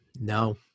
No